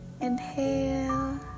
inhale